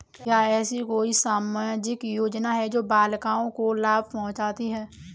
क्या ऐसी कोई सामाजिक योजनाएँ हैं जो बालिकाओं को लाभ पहुँचाती हैं?